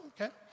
okay